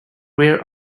where